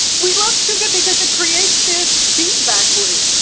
we love sugar because it creates this feedback loop.